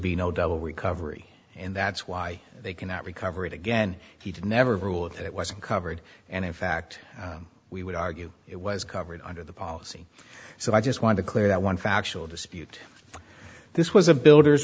be no double recovery and that's why they cannot recover it again he'd never rule if it wasn't covered and in fact we would argue it was covered under the policy so i just want to clear that one factual dispute this was a builder